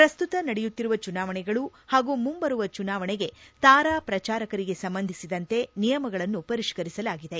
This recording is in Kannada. ಪ್ರಸ್ತುತ ನಡೆಯುತ್ತಿರುವ ಚುನಾವಣೆಗಳು ಹಾಗೂ ಮುಂಬರುವ ಚುನಾವಣೆಗೆ ತಾರಾ ಪ್ರಚಾರಕರಿಗೆ ಸಂಬಂಧಿಸಿದಂತೆ ನಿಯಮಗಳನ್ನು ಪರಿಷ್ಕರಿಸಲಾಗಿದೆ